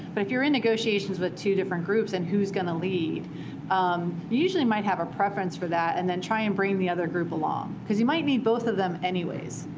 but if you're in negotiations with two different groups and who's going to lead, um you usually might have a preference for that, and then try and bring the other group along, because you might need both of them anyways.